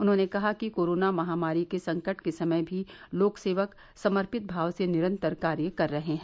उन्होंने कहा कि कोरोना महामारी के संकट के समय में भी लोक सेवक समर्पित भाव से निरंतर कार्य कर रहे हैं